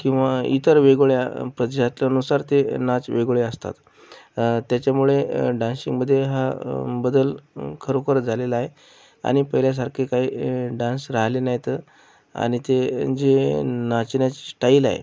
किंवा इतर वेगवेगळ्या प्रदेशातल्यानुसार ते नाच वेगवेगळे असतात त्याच्यामुळे डान्सिंगमध्ये हा बदल खरोखर झालेला आहे आणि पहिल्यासारखे काही डान्स राहिले नाहीत आणि ते जे नाचण्याची स्टाईल आहे